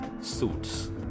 Suits